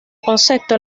concepto